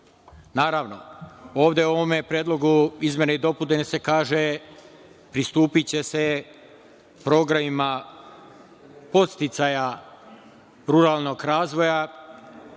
Naravno, ovde u ovom Predlogu izmene i dopune se kaže – pristupiće se programima podsticaja ruralnog razvoja